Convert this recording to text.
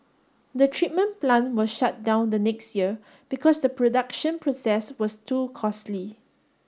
the treatment plant was shut down the next year because the production process was too costly